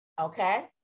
Okay